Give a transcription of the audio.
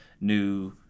new